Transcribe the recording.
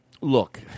look